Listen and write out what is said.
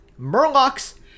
murlocs